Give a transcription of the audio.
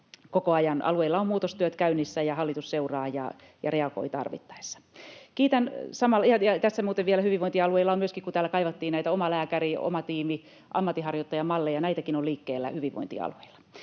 koko ajan. Alueilla on muutostyöt käynnissä, ja hallitus seuraa ja reagoi tarvittaessa. Täällä kun kaivattiin näitä omalääkäri-, oma tiimi -ammatinharjoittajamalleja, näitäkin on liikkeellä hyvinvointialueilla.